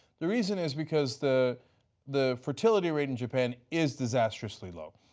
the reason is because the the fertility rate in japan is disastrously low.